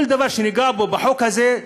כל דבר שנקרא בחוק הזה,